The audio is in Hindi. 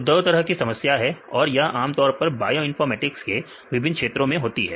तो दो तरह की समस्या है और यह आमतौर पर बायोइनफॉर्मेटिक्स के विभिन्न क्षेत्रों में होती है